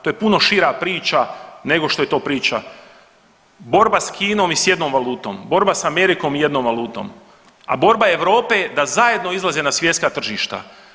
To je puno šira priča nego što je to priča, borba s Kinom i s jednom valutom, borba s Amerikom i jednom valutom, a borba Europe je da zajedno izlaze na svjetska tržišta.